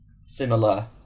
similar